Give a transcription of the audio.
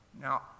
now